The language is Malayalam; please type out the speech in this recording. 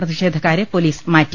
പ്രതിഷേധ ക്കാരെ പൊലീസ് മാറ്റി